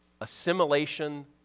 assimilation